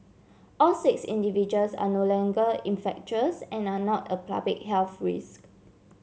all six individuals are no longer infectious and are not a public health risk